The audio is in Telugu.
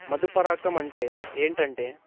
మధుపరాకము అంటే ఏంటంటే